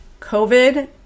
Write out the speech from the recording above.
covid